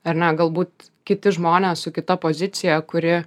ar ne galbūt kiti žmonės su kita pozicija kuri